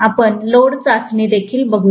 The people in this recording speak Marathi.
आपण लोड चाचणी देखील पाहूया